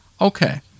okay